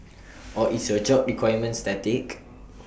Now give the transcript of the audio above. or is your job requirement static